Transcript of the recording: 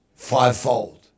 Fivefold